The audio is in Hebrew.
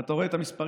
אתה רואה את המספרים.